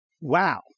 Wow